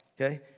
Okay